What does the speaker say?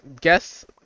guess